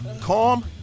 Calm